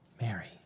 Mary